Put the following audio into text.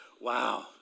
Wow